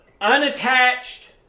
unattached